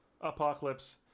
Apocalypse